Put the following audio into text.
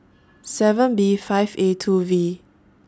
seven B five A two V